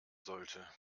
sollte